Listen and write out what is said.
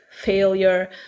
failure